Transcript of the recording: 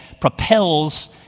propels